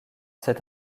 cette